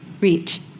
reach